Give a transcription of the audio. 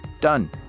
Done